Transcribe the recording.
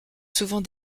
souvent